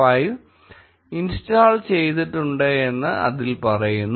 5 install ചെയ്തിട്ടുണ്ടെന്ന് അതിൽ പറയുന്നു